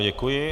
Děkuji.